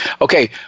Okay